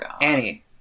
Annie